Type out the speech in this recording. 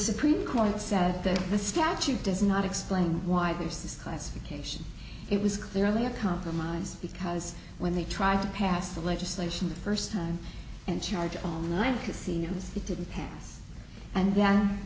supreme court said that the statute does not explain why they used this classification it was clearly a compromise because when they tried to pass the legislation the first time and charged online casinos they didn't pass and th